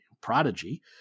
prodigy